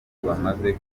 bamaze